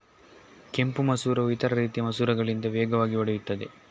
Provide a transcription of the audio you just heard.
ಕೆಂಪು ಮಸೂರವು ಇತರ ರೀತಿಯ ಮಸೂರಗಳಿಗಿಂತ ವೇಗವಾಗಿ ಒಡೆಯುತ್ತದೆ